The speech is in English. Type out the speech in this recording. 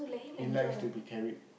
he likes to be carried